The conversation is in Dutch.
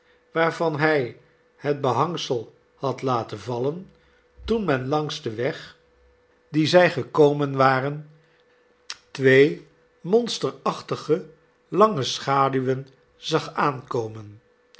waarvan hij het behangsel had laten vallen toen men langs den weg dien zij gekomen waren twee monsterachtige lange schaduwen zag aankomen